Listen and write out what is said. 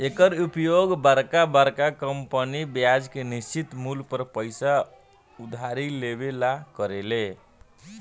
एकर उपयोग बरका बरका कंपनी ब्याज के निश्चित मूल पर पइसा उधारी लेवे ला करेले